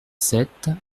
sept